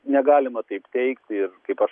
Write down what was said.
negalima taip teigti ir kaip aš